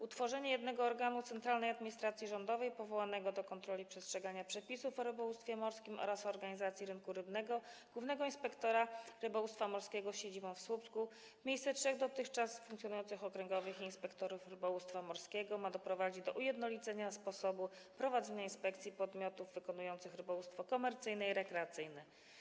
Utworzenie jednego organu centralnej administracji rządowej powołanego do kontroli przestrzegania przepisów o rybołówstwie morskim oraz organizacji rynku rybnego - głównego inspektora rybołówstwa morskiego z siedzibą w Słupsku w miejsce trzech dotychczas funkcjonujących okręgowych inspektorów rybołówstwa morskiego ma doprowadzić do ujednolicenia sposobu prowadzenia inspekcji podmiotów wykonujących rybołówstwo komercyjne i rekreacyjne.